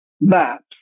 maps